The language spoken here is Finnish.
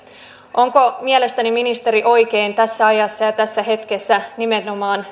onko mielestänne ministeri oikein tässä ajassa ja tässä hetkessä nimenomaan